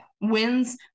wins